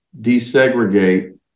desegregate